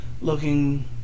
looking